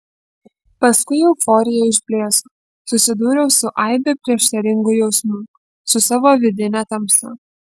paskui euforija išblėso susidūriau su aibe prieštaringų jausmų su savo vidine tamsa